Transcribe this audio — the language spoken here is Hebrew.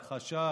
ההכחשה,